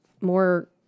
more